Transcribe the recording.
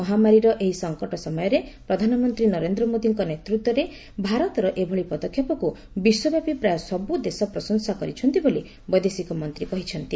ମହାମାରୀର ଏହି ସଙ୍କଟ ସମୟରେ ପ୍ରଧାନମନ୍ତ୍ରୀ ନରେନ୍ଦ୍ର ମୋଦିଙ୍କ ନେତୃତ୍ୱରେ ଭାରତର ଏଭଳି ପଦକ୍ଷେପକୁ ବିଶ୍ୱବ୍ୟାପୀ ପ୍ରାୟ ସବୁଦେଶ ପ୍ରଶଂସା କରିଛନ୍ତି ବୋଲି ବୈଦେଶିକ ମନ୍ତ୍ରୀ କହିଛନ୍ତି